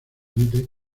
emite